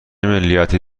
ملیتی